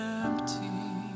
empty